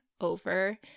over